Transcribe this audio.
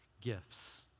gifts